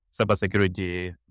cybersecurity